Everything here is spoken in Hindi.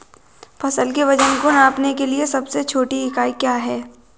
फसल के वजन को नापने के लिए सबसे छोटी इकाई क्या है?